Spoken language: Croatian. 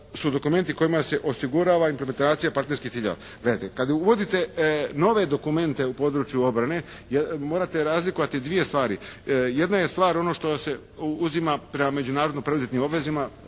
su dokumenti kojima se osigurava implementacija partnerskih ciljeva. Gledajte kada uvodite nove dokumente u području obrane, morate razlikovati dvije stvari. Jedna je stvar ono što se uzima prema međunarodno preuzetim obvezama